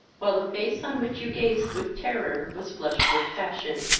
while the face on which you gazed with terror was flushed with passion.